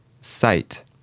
Sight